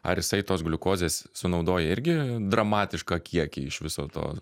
ar jisai tos gliukozės sunaudoja irgi dramatišką kiekį iš viso to